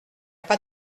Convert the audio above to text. pas